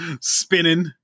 spinning